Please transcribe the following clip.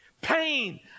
Pain